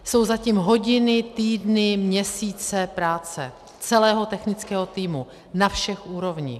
Jsou za tím hodiny, týdny, měsíce práce celého technického týmu na všech úrovních.